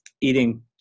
eating